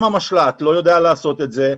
אם המשל"ט לא יודע לעשות את זה,